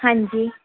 ਹਾਂਜੀ